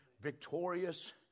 Victorious